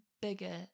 bigger